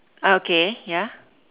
okay ya